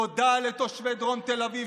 תודה לתושבי דרום תל אביב,